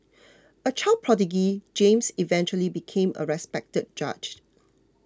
a child prodigy James eventually became a respected judge